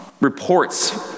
reports